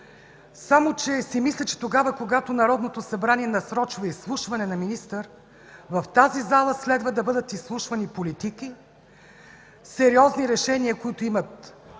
Само че си мисля, че когато Народното събрание насрочва изслушване на министър в тази зала, следва да бъдат изслушвани политици, сериозни решения, които имат